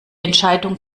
entscheidung